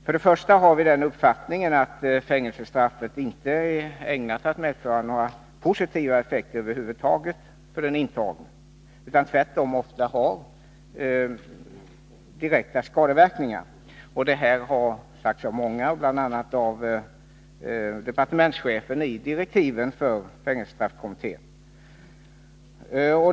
För det första har vi den uppfattningen att fängelsestraffet inte är ägnat att medföra några positiva effekter över huvud taget för den intagne. Tvärtom medför det ofta direkta skadeverkningar. Detta har också sagts av många, bl.a. av departementschefen i direktiven till fängelsestraffkommittén.